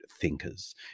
thinkers